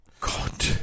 God